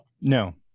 No